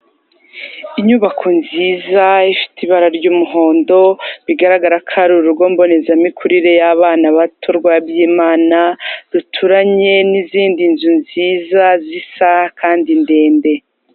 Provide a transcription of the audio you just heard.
Inyubako nziza ifite ibara ry'umuhondo bigaragara ko hari urugo mbonezamikurire y'abana bato rwa Byimana ruturanye n'izindi nzu nziza zisa kandi ndende.